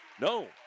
No